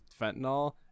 fentanyl